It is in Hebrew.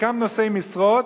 חלקם נושאי משרות,